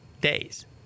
days